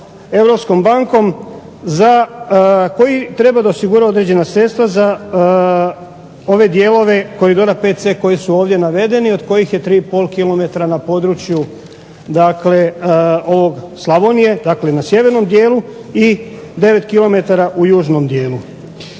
Europskom bankom za, koji treba da osigura određena sredstva za ove dijelove koridora VC koji su ovdje navedeni, od kojih je 3 i pol kilometra na području dakle ovog Slavonije, dakle na sjevernom dijelu, i 9 kilometara u južnom dijelu.